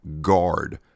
guard